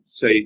Say